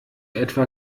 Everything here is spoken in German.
etwa